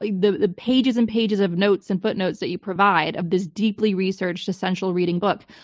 the the pages and pages of notes and footnotes that you provide of this deeply researched essential reading book,